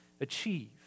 achieve